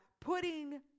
putting